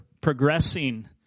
progressing